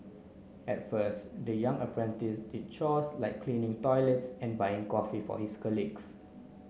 at first the young apprentice did chores like cleaning toilets and buying coffee for his colleagues